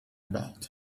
about